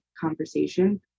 conversation